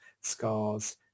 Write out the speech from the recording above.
scars